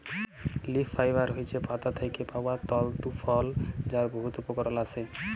leaf fibre হছে পাতা থ্যাকে পাউয়া তলতু ফল যার বহুত উপকরল আসে